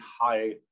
high